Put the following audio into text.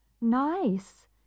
nice